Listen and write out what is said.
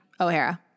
O'Hara